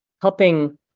Helping